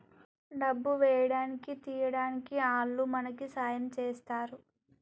డబ్బు వేయడానికి తీయడానికి ఆల్లు మనకి సాయం చేస్తరు